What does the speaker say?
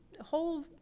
whole